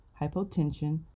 hypotension